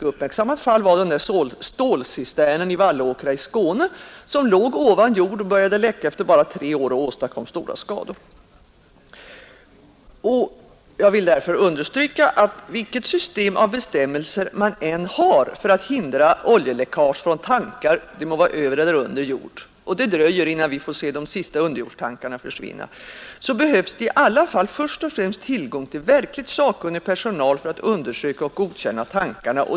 Ett uppmärksammat fall var en stålcistern i Vallåkra i Skåne som låg ovan jord men började läcka och åstadkom stora skador efter endast tre år. Jag vill därför framhålla, att vilket system av bestämmelser som man än har för att hindra oljeläckage från tankar, över eller under jord — och det dröjer innan vi får se de sista underjordstankarna försvinna — behövs i alla fall först och främst tillgång till verkligt sakkunnig personal för att undersöka och godkänna tankarna.